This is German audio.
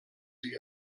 sie